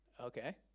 Okay